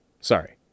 Sorry